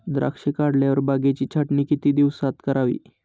द्राक्षे काढल्यावर बागेची छाटणी किती दिवसात करावी?